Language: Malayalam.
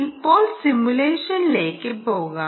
ഇപ്പോൾ സിമുലേഷനിലേക്ക് പോകാം